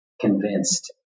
convinced